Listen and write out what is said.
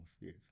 yes